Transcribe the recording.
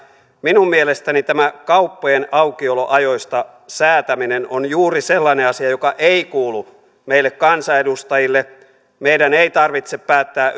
minun mielestäni tämä kauppojen aukioloajoista säätäminen on juuri sellainen asia joka ei kuulu meille kansanedustajille meidän ei tarvitse päättää